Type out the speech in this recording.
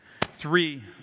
three